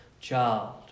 child